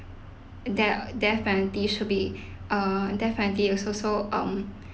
dea~ death penalty should be err death penalty is also um